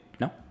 No